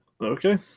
Okay